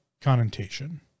connotation